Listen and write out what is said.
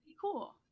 cool